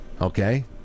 Okay